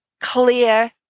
clear